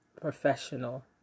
professional